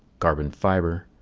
carbon fiber,